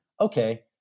okay